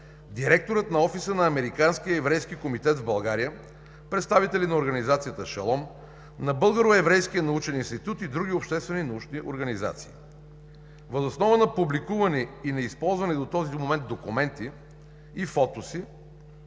директорът на офиса на Американския еврейски комитет в България, представители на Организацията „Шалом“, на Българо-еврейския научен институт и други обществени и научни организации. Въз основа на публикувани и неизползвани до този момент документи и фотоси